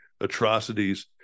atrocities